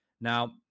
now